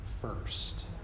first